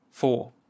four